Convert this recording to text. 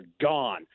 gone